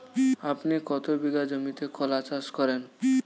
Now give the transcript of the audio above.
আপনি কত বিঘা জমিতে কলা চাষ করেন?